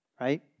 right